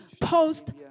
post